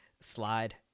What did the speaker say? slide